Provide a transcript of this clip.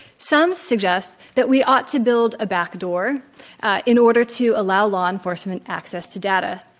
some suggest that we ought to build a back door in order to allow law enforcement access to data.